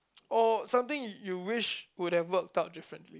or something you wished would have worked out differently